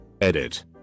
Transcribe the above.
Edit